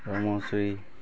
ধৰ্ম হুঁচৰি